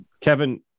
Kevin